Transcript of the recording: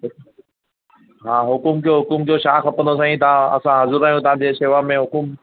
हा हुक़ुम कयो हुक़ूम कयो छा खपंदो साईं तव्हां असां हाज़ुरु आहियूं तव्हां जे शेवा में हुक़ुम